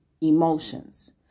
emotions